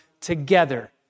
together